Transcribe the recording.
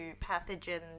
pathogens